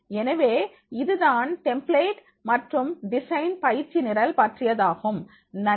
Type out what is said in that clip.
எனவே இதுதான் டெம்பிளேட் மற்றும் டிசைன் பயிற்சி நிரல் பற்றியதாகும் நன்றி